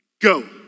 go